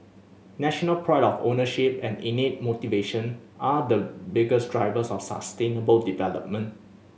national pride of ownership and innate motivation are the biggest drivers of sustainable development